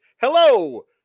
hello